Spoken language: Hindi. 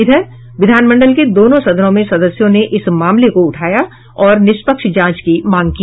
इधर विधानमंडल के दोनों सदनों में सदस्यों ने इस मामले को उठाया और निष्पक्ष जांच की मांग की